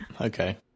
Okay